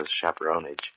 chaperonage